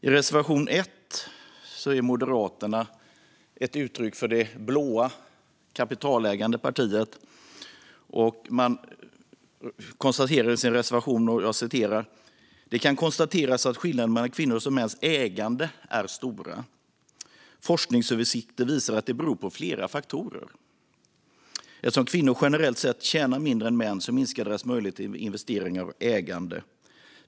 I reservation 1 ger Moderaterna uttryck för det blå, kapitalägande partiets syn på detta och konstaterar: "Det kan konstateras att skillnaderna mellan kvinnors och mäns ägande är stora. Forskningsöversikter visar att det beror på flera faktorer. Eftersom kvinnor generellt sett tjänar mindre än män så minskar deras möjligheter till investeringar och ägande.